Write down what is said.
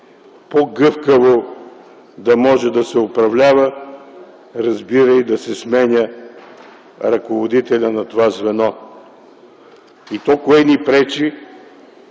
„по-гъвкаво да може да се управлява”, разбирай, да се сменя ръководителят на това звено. И то кое ни пречи?